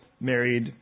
married